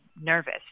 nervous